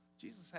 Jesus